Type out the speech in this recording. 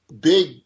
big